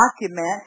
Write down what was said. document